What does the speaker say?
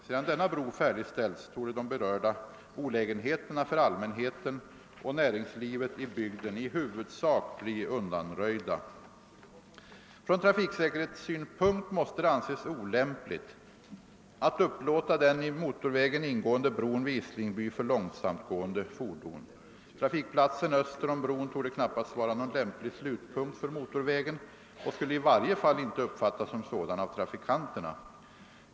Sedan denna bro färdigställts torde de berörda olägenheterna för allmänheten och näringslivet i bygden i huvudsak bli undanröjda. Från trafiksäkerhetssynpunkt måste det anses olämpligt att upplåta den i motorvägen ingående bron vid Islingby för långsamtgående fordon. Trafikplatsen öster om bron torde knappast vara någon lämplig slutpunkt för motorvägen och skulle i varje fall inte uppfattas som sådan av trafikanterna.